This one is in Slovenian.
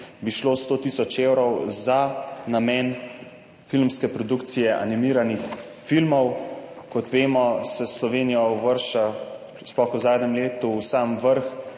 bi šlo 100 tisoč evrov za namen filmske produkcije animiranih filmov. Kot vemo, se Slovenija uvršča, sploh v zadnjem letu, v sam vrh